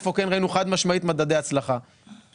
אני מחדש את הישיבה של ועדת הכספים.